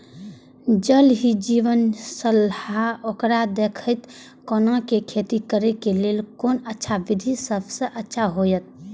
ज़ल ही जीवन छलाह ओकरा देखैत कोना के खेती करे के लेल कोन अच्छा विधि सबसँ अच्छा होयत?